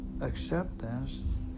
acceptance